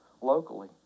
locally